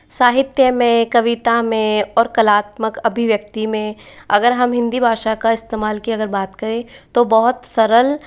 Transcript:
साहित्य में कविता में और कलात्मक अभिव्यक्ति में अगर हम हिंदी भाषा का इस्तेमाल की अगर बात करें तो बहुत सरल